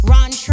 Ron